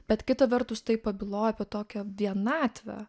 bet kita vertus tai pabyloja apie tokią vienatvę